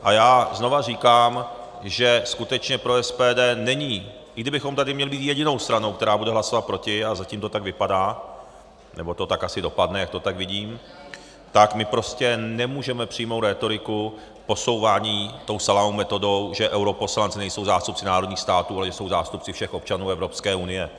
A já znova říkám, že skutečně pro SPD není, i kdybychom tady měli být jedinou stranou, která bude hlasovat proti, a zatím to tak vypadá, nebo to tak asi dopadne, jak to tak vidím, tak my prostě nemůžeme přijmout rétoriku posouvání tou salámovou metodou, že europoslanci nejsou zástupci národních států, ale jsou zástupci všech občanů Evropské unie.